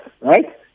right